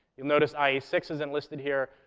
you'll notice ie six isn't listed here.